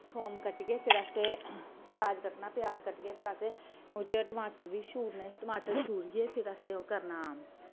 थोम कट्टियै फिर असें प्याज कट्टना प्याज कट्टियै फिर असें ओह्दे च टमाटर बी छूरने टमाटर छुरियै फिर असें ओह् करना